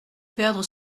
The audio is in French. perdre